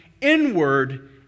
inward